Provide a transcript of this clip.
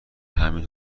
همه